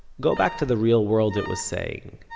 go back to the real world, it was saying,